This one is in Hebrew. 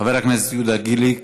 חבר הכנסת יהודה גליק,